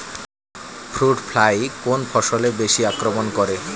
Fruit fly কোন ফসলে বেশি আক্রমন করে?